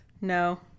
No